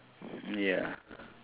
ya